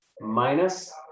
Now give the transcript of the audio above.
minus